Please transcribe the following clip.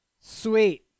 Sweet